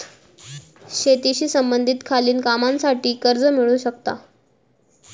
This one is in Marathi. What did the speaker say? शेतीशी संबंधित खालील कामांसाठी कर्ज मिळू शकता